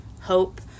hope